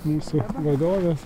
mūsų vadovės